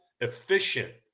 efficient